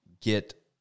get